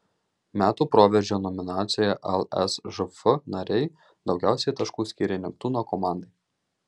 metų proveržio nominacijoje lsžf nariai daugiausiai taškų skyrė neptūno komandai